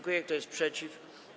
Kto jest przeciw?